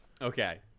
Okay